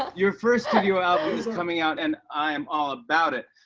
your first studio album is coming out, and i am all about it.